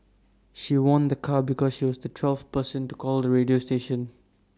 she won A car because she was the twelfth person to call the radio station